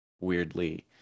weirdly